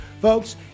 Folks